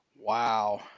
Wow